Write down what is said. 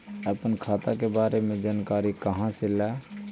अपन खाता के बारे मे जानकारी कहा से ल?